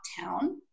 town